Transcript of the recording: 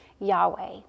yahweh